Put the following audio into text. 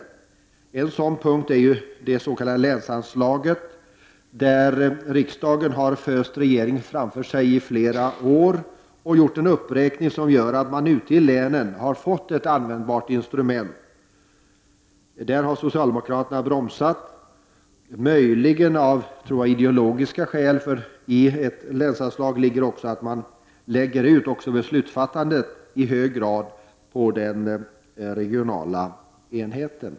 Detta gäller ju frågan om det s.k. länsanslaget, där riksdagen har föst regeringen framför sig i flera år och gjort en uppräkning som innebär att man ute i länen har fått ett användbart instrument. Därvidlag har socialdemokraterna bromsat — möjligen av ideologiska skäl, för ett länsanslag innebär också att man lägger ut beslutsfattandet i hög grad på den regionala enheten.